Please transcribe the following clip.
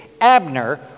Abner